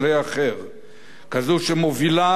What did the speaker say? כזו שמובילה ואינה מובלת,